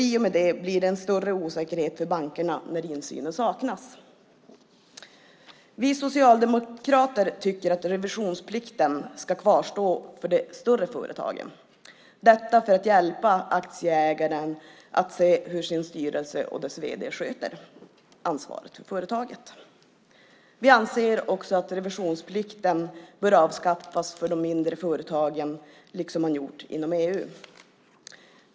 I och med det blir det en större osäkerhet för bankerna när insynen saknas. Vi socialdemokrater tycker att revisionsplikten ska kvarstå för de större företagen för att hjälpa aktieägaren att se hur styrelsen och dess vd sköter ansvaret för företaget. Vi anser också att revisionsplikten bör avskaffas för de mindre företagen liksom man gjort inom EU.